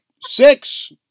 six